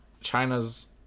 china's